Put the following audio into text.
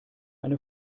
eine